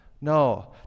No